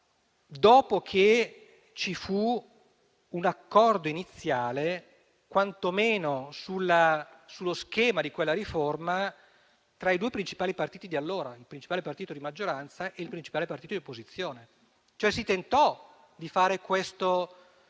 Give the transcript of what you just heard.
dopo che ci fu un accordo iniziale, quantomeno sullo schema di quella riforma, tra i due principali partiti di allora, ossia il principale partito di maggioranza e il principale partito di opposizione. Si tentò di fare questo